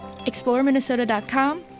ExploreMinnesota.com